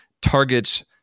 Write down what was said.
targets